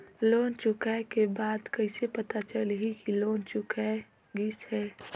Loan चुकाय के बाद कइसे पता चलही कि लोन चुकाय गिस है?